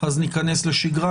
ניכנס לשגרה.